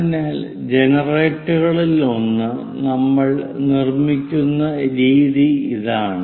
അതിനാൽ ജനറേറ്ററുകളിലൊന്ന് നമ്മൾ നിർമ്മിക്കുന്ന രീതി ഇതാണ്